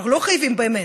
אנחנו לא חייבים באמת,